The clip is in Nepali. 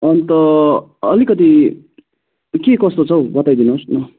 अनि त अलिकति के कस्तो छ हौ बताइदिनुहोस् न